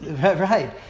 right